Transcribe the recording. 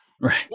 right